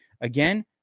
Again